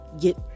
get